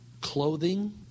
clothing